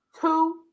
two